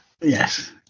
Yes